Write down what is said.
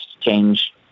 change